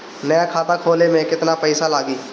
नया खाता खोले मे केतना पईसा लागि?